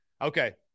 Okay